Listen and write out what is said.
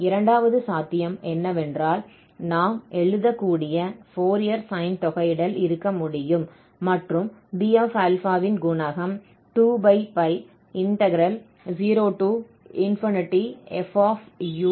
இரண்டாவது சாத்தியம் என்னவென்றால் நாம் எழுதக்கூடிய ஃபோரியர் sine தொகையிடல் இருக்க முடியும் மற்றும் Bα ன் குணகம் 20fusin αu du